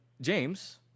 James